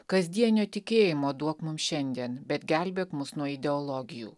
kasdienio tikėjimo duok mums šiandien bet gelbėk mus nuo ideologijų